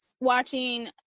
watching